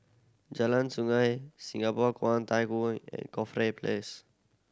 Jalan Sungei Singapore Kwangtung Hui and Corfe Place